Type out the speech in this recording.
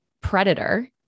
predator